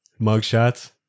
mugshots